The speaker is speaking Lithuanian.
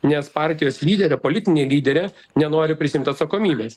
nes partijos lyderė politinė lyderė nenori prisiimt atsakomybės